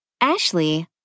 Ashley